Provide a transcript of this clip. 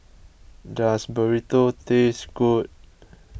does Burrito taste good